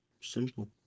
Simple